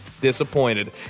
disappointed